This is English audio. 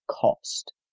cost